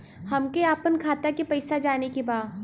हमके आपन खाता के पैसा जाने के बा